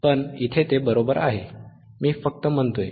पण इथे ते बरोबर आहे मी फक्त म्हणतोय